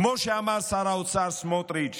כמו שאמר שר האוצר סמוטריץ':